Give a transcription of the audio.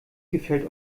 gefällt